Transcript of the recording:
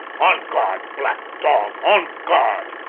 on guard, black dog, on guard!